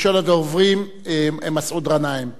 ראשון הדוברים, מסעוד גנאים.